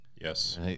Yes